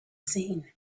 seen